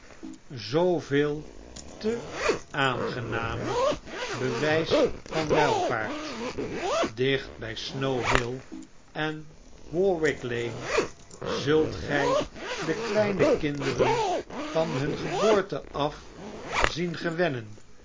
zooveel te aangenamer bewjjs van welvaart dicht by snow hill en warwick lane zult gij de kleine kinderen van hun geboorte af zien gewennen